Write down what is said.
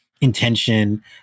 intention